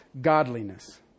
godliness